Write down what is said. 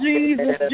Jesus